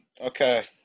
Okay